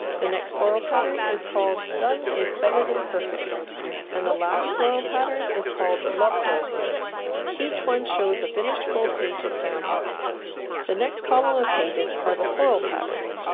the next floral pattern is called done is better than perfect and the last floral pattern is called love grows here each one shows a finished full page example the next column of pages are the floral patterns